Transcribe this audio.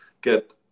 get